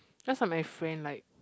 just like my friend like